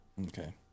Okay